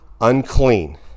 unclean